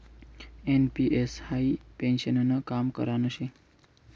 NPS हाई पेन्शननं काम करान शे